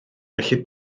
gellid